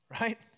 Right